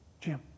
Jim